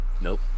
Nope